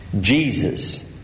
Jesus